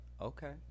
Okay